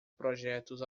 projetos